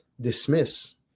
dismiss